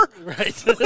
Right